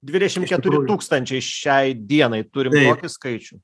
dvidešim keturi tūkstančiai šiai dienai turim tokį skaičių